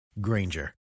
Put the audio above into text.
Granger